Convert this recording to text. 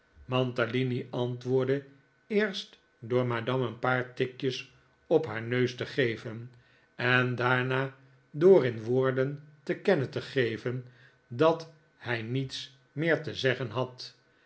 mantalini antwoordde eerst door madame een paar tikjes op haar neus te geven en daarna door in woorden te kennen te geven dat hij niets meer te zeggen had